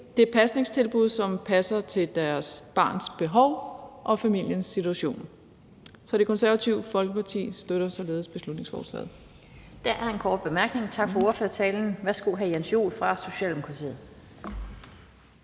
vælge det pasningstilbud, som passer til deres barns behov og familiens situation. Så Det Konservative Folkeparti støtter således beslutningsforslaget. Kl. 12:50 Den fg. formand (Annette Lind): Tak for ordførertalen. Der er en kort bemærkning,